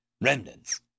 Remnants